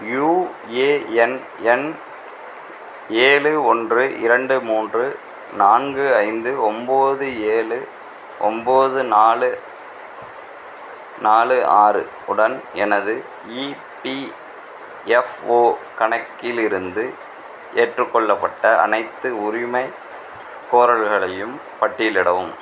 UAN எண் ஏழு ஒன்று இரண்டு மூன்று நான்கு ஐந்து ஒம்பது ஏழு ஒம்பது நாலு நாலு ஆறு உடன் எனது இபிஎஃப்ஓ கணக்கிலிருந்து ஏற்றுக்கொள்ளப்பட்ட அனைத்து உரிமைக்கோரல்களையும் பட்டியலிடவும்